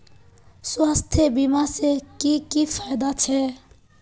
स्वास्थ्य बीमा से की की फायदा छे?